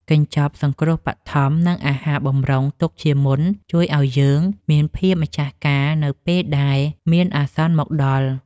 កញ្ចប់សង្គ្រោះបឋម និងអាហារបម្រុងទុកជាមុនជួយឱ្យយើងមានភាពម្ចាស់ការនៅពេលដែលមានអាសន្នមកដល់។